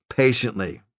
patiently